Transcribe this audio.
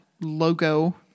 logo